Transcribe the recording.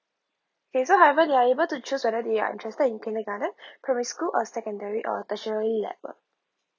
K so however they are able to choose whether they're interested in kindergarten primary school or secondary tertiary level